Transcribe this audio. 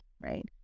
Right